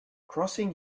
crossing